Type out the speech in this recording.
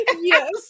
Yes